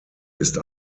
ist